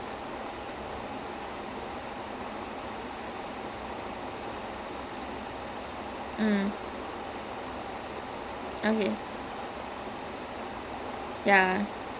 ya so I think like comedy னா:naa I think I just talk about T_V shows instead lah I think I know more about that than movies so comedy nights will be brooklyn nine nine brooklyn nine nine is the best ya then um